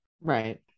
Right